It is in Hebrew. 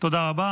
תודה רבה.